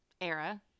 era